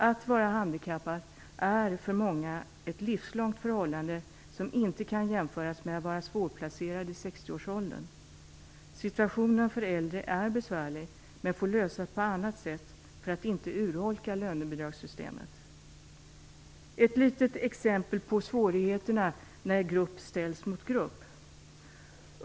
Att vara handikappad är för många ett livslångt förhållande som inte kan jämföras med att vara svårplacerad i 60 årsåldern. Situationen för äldre är besvärlig men får lösas på annat sätt för att inte urholka lönebidragssystemet. Ett litet exempel på svårigheterna när grupp ställs mot grupp.